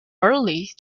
early